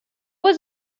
was